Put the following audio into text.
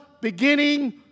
beginning